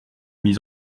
mis